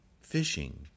fishing